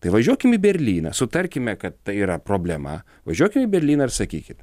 tai važiuokim į berlyną sutarkime tai yra problema važiuokim į berlyną ir sakykim